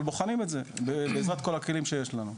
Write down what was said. אבל בוחנים את זה בעזרת כל הכלים שיש לנו.